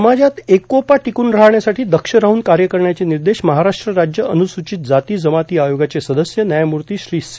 समाजात एकोपा टिकून राहण्यासाठी दक्ष राहून कार्य करण्याचे निर्देश महाराष्ट्र राज्य अनुसूचित जाती जमाती आयोगाचे सदस्य न्यायमूर्ती सी